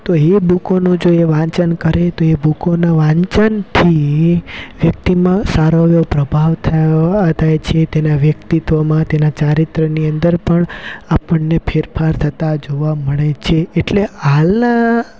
તો એ બુકોનો જુએ વાંચન કરે તો એ બુકોના વાંચનથી વ્યક્તિમાં સારો એવો પ્રભાવ થાય થાય છે તેના વ્યક્તિત્વમાં તેના ચારિત્રની અંદર પણ આપણને ફેરફાર થતાં જોવા મળે છે એટલે હાલના